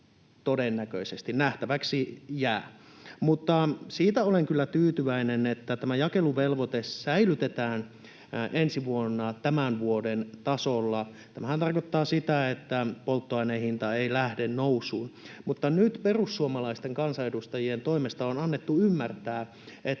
todennäköisesti. Nähtäväksi jää. Siitä olen kyllä tyytyväinen, että tämä jakeluvelvoite säilytetään ensi vuonna tämän vuoden tasolla. Tämähän tarkoittaa sitä, että polttoaineen hinta ei lähde nousuun. Mutta nyt perussuomalaisten kansanedustajien toimesta on annettu ymmärtää, että